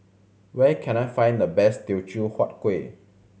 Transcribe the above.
where can I find the best Teochew Huat Kueh